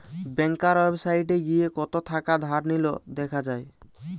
ব্যাংকার ওয়েবসাইটে গিয়ে কত থাকা ধার নিলো দেখা যায়